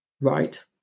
right